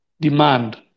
demand